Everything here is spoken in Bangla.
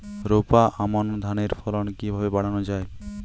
রোপা আমন ধানের ফলন কিভাবে বাড়ানো যায়?